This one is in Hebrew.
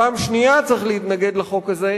פעם שנייה צריך להתנגד לחוק הזה,